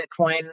Bitcoin